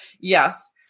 yes